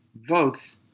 votes